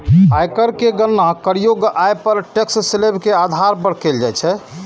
आयकर के गणना करयोग्य आय पर टैक्स स्लेब के आधार पर कैल जाइ छै